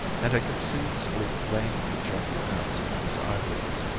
and i could see sleep laying her gentle hands on his eyelids.